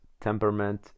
temperament